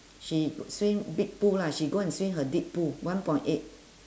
she g~ swim big pool lah she go and swim her deep pool one point eight